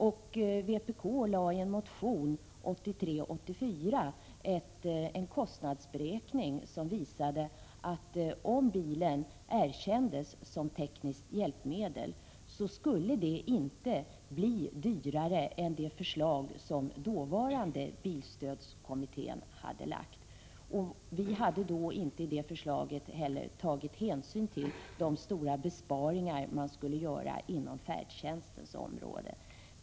Vpk framlade i en motion 1983/84 en kostnadsberäkning som visade att om bilen erkändes som tekniskt hjälpmedel skulle det inte bli dyrare än det förslag som den dåvarande bilstödskommittén hade lagt fram. I förslaget hade vi inte tagit hänsyn till de stora besparingar som skulle kunna göras inom färdtjänsten.